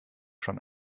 schon